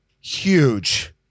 huge